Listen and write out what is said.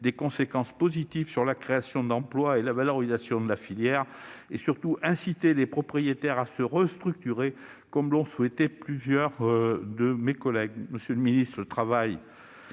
des conséquences positives sur la création d'emplois et la valorisation de la filière. Cependant, il faut surtout inciter les propriétaires à se restructurer, comme l'ont suggéré plusieurs de mes collègues. Monsieur le ministre, un travail